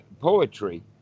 poetry